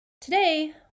Today